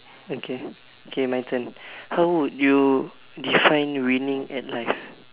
okay okay my turn how would you define winning at life